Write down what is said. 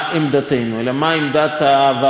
אלא מה עמדת הוועדה המקצועית,